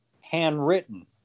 handwritten